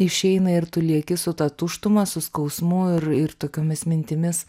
išeina ir tu lieki su ta tuštuma su skausmu ir ir tokiomis mintimis